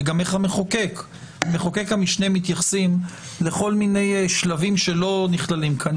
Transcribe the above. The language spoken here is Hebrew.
וגם איך המחוקק ומחוקק המשנה מתייחסים לכל מיני שלבים שלא נכללים כאן,